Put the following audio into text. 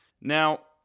Now